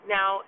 Now